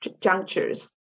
junctures